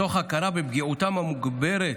מתוך הכרה בפגיעותם המוגברת